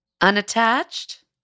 Unattached